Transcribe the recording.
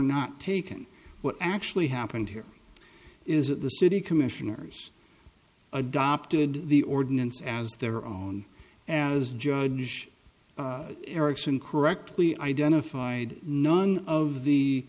not taken what actually happened here is that the city commissioners adopted the ordinance as their own and as judge erickson correctly identified none of the